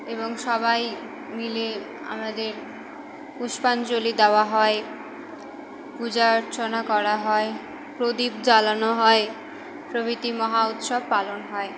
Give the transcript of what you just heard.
এবং সবাই মিলে আমাদের পুষ্পাঞ্জলি দাওয়া হয় পূজা অর্চনা করা হয় প্রদীপ জ্বালানো হয় প্রভৃতি মহা উৎসব পালন হয়